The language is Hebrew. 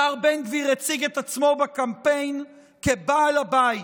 השר בן גביר הציג את עצמו בקמפיין כבעל הבית.